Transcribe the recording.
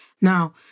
Now